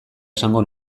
esango